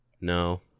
No